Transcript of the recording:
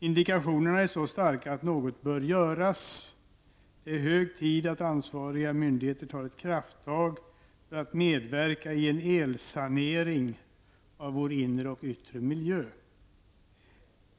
Indikationerna är så starka att något bör göras. Det är hög tid att ansvariga myndigheter tar ett krafttag för att medverka i en elsanering av vår inre och yttre miljö.